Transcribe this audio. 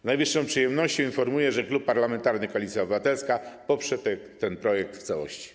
Z najwyższą przyjemnością informuję, że Klub Parlamentarny Koalicja Obywatelska poprze ten projekt w całości.